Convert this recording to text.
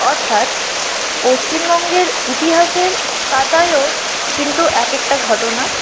অর্থাৎ পশ্চিমবঙ্গের ইতিহাসের পাতায়ও কিন্তু এক একটা ঘটনা